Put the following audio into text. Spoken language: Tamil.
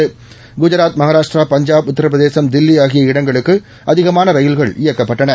து இராத் மகாராஷ்டிரா பஞ்சாப் உத்தரப்பிரதேசம் தில்லி ஆகிய இடங்களுக்கு அதிகமான ரயில்கள் இயக்கப்பட்டன